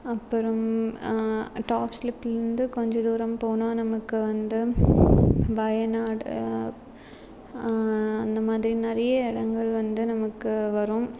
அப்புறம் டாப்ஸ்லிப்பில் இருந்து கொஞ்சம் தூரம் போனால் நமக்கு வந்து வயநாடு அந்த மாதிரி நிறைய இடங்கள் வந்து நமக்கு வரும்